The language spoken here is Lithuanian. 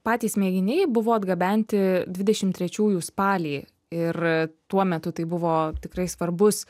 patys mėginiai buvo atgabenti dvidešim trečiųjų spalį ir tuo metu tai buvo tikrai svarbus